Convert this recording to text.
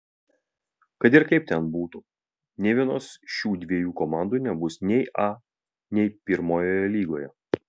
kad ir kaip ten būtų nė vienos šių dviejų komandų nebus nei a nei pirmojoje lygoje